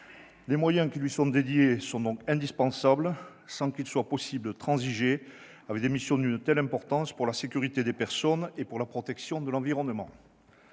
Les moyens qui lui sont dédiés sont donc indispensables, sans qu'il soit possible de transiger avec des missions d'une telle importance pour la sécurité des personnes et la protection de l'environnement.